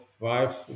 five